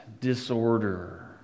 disorder